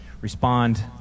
respond